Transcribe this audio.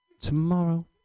Tomorrow